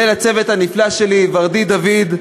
ולצוות הנפלא שלי: ורדית דוד,